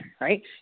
right